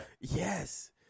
Yes